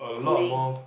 cooling